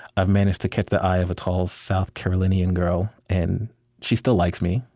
i've managed to catch the eye of a tall south carolinian girl, and she still likes me,